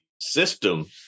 system